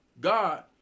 God